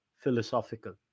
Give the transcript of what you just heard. philosophical